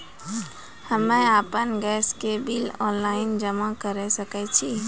हम्मे आपन गैस के बिल ऑनलाइन जमा करै सकै छौ?